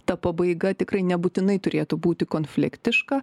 ta pabaiga tikrai nebūtinai turėtų būti konfliktiška